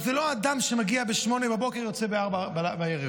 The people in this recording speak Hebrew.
זה לא אדם שמגיע ב-08:00 ויוצא ב-16:00,